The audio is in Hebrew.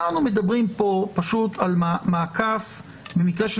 אנחנו מדברים פה פשוט על מעקף במקרה של